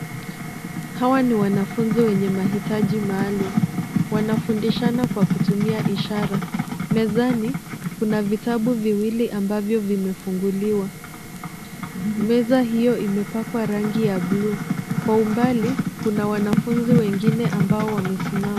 Hawa ni wanafunzi wenye mahitaji maalum wanafundishana kwa kutumia ishara. Mezani kuna vitabu viwili ambavyo vimefunguliwa, meza hiyo imepakwa rangi ya bluu. Kwa umbali kuna wanafunzi wengine ambao wamesimama.